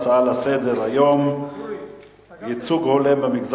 אני קובע שההצעה לסדר-היום על שיבושים